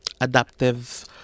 adaptive